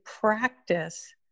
practice